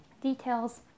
details